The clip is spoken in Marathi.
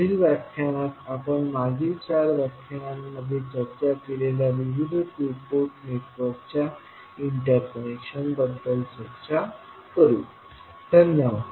पुढील व्याख्यानात आपण मागील चार व्याख्यानांमध्ये चर्चा केलेल्या विविध टू पोर्ट नेटवर्कच्या इंटरकनेक्शन बद्दल चर्चा करू धन्यवाद